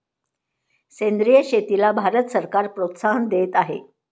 सेंद्रिय शेतीला भारत सरकार प्रोत्साहन देत आहे